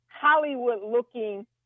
Hollywood-looking